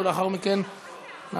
ולאחר מכן נעבור,